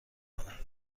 کند